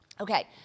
Okay